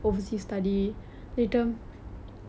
oh நீங்க எல்லாம் ரொம்ப:ninga ellaam romba close lah